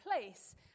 place